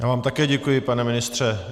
Já vám také děkuji, pane ministře.